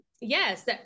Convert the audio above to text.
Yes